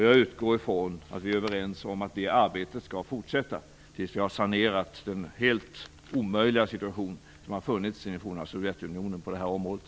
Jag utgår från att vi är överens om att det arbetet skall fortsätta tills vi har sanerat den helt omöjliga situation som har funnits i det forna Sovjetunionen på det här området.